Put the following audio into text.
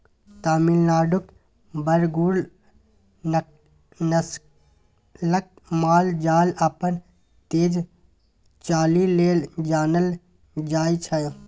तमिलनाडुक बरगुर नस्लक माल जाल अपन तेज चालि लेल जानल जाइ छै